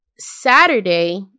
Saturday